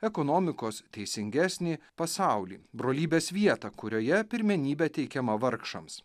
ekonomikos teisingesnį pasaulį brolybės vietą kurioje pirmenybė teikiama vargšams